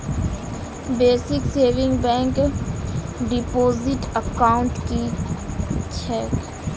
Basic savings bank deposit account की छैक?